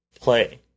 play